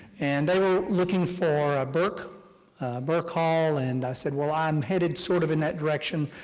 and they were looking for a burke burke hall and i said, well, i'm headed sort of in that direction,